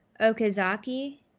Okazaki